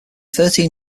thirteen